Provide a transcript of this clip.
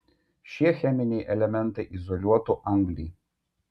šie cheminiai elementai izoliuotų anglį